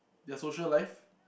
their social life